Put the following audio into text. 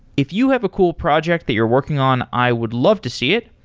if you have a cool project that you're working on, i would love to see it.